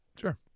sure